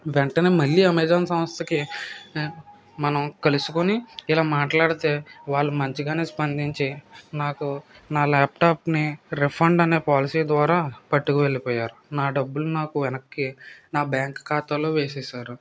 వెంటనే మళ్ళీ అమెజాన్ సంస్థకి మనం కలుసుకొని ఇలా మాట్లాడితే వాళ్ళు మంచిగానే స్పందించి నాకు నా ల్యాప్టాప్ని రిఫండ్ అనే పాలసీ ద్వారా పట్టుకు వెళ్ళిపోయారు నా డబ్బులు నాకు వెనక్కి నా బ్యాంక్ ఖాతాలో వేసేసారు